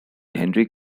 henry